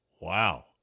Wow